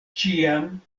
ĉiam